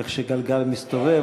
איך שגלגל מסתובב,